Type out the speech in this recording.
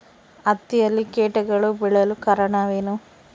ಹತ್ತಿಯಲ್ಲಿ ಕೇಟಗಳು ಬೇಳಲು ಕಾರಣವೇನು?